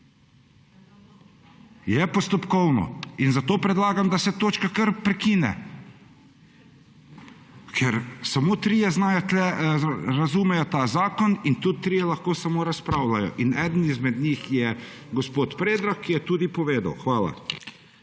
Je postopkovno in zato predlagam, da se točka kar prekine, ker samo trije tukaj razumejo ta zakon in tudi trije lahko samo razpravljajo in eden izmed njih je gospod Predrag, ki je tudi povedal. Hvala.